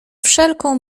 wszelką